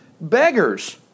Beggars